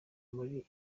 muri